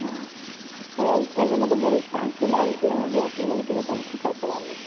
ହଁ ଆସ୍ଛେଁ ଯେ ମତେ ବହୁତ୍ ଶାନ୍ତି ଲାଗୁଛେ ଇନେ ଯେ ସେଥିର୍ଲାଗି ଟିକେ ତମ୍କୁ ପଚ୍ରାଲି